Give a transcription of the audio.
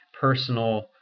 personal